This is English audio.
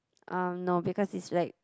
um no because it's like